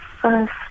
first